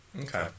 Okay